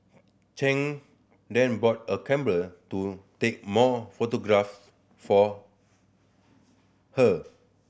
Chang then bought a camera to take more photographs for her